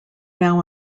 now